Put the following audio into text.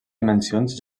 dimensions